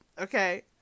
Okay